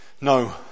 No